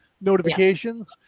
notifications